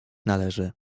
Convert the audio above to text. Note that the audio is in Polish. należy